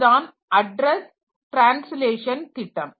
இதுதான் address translation திட்டம்